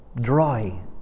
dry